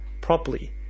properly